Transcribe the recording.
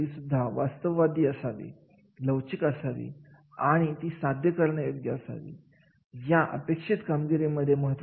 एखादं काम म्हणजे सांगितलेली जबाबदारी पार पाडणे भविष्यातील समृद्धीची संधी दिसत नसते मग कर्मचाऱ्याला जास्त आवड निर्माण होत नाही जास्त समाधान वाटत नाही